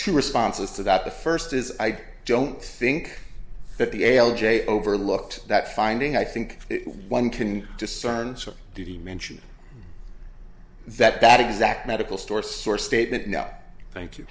two responses to that the first is i don't think that the l j over looked that finding i think one can discern so did he mention that that exact medical store source statement no thank you